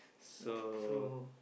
so